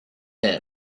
him